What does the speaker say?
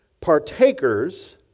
Partakers